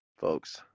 folks